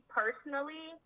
personally